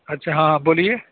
اچھا ہاں ہاں بولیے